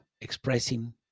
expressing